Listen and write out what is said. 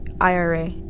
IRA